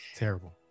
terrible